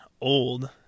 old